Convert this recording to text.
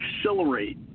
accelerate